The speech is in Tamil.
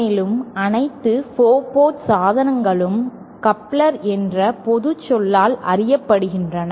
மேலும் அனைத்து 4 போர்ட் சாதனங்களும் கப்லர்ஸ் என்ற பொதுச் சொல்லால் அறியப்படுகின்றன